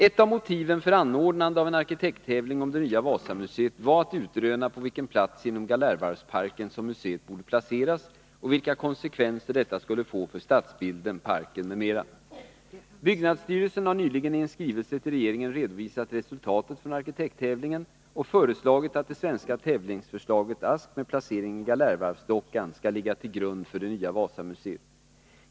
Ett av motiven för anordnande av en arkitekttävling om det nya Wasamuseet var att utröna på vilken plats inom Galärvarvsparken som museet borde placeras och vilka konsekvenser detta skulle få för stadsbilden, parken m.m. Byddnadsstyrelsen har nyligen i skrivelse till regeringen redovisat resultatet från arkitekttävlingen och föreslagit att det svenska tävlingsförslaget ”Ask” med placering i Galärvarvsdockan skall ligga till grund för det nya Wasamuseet.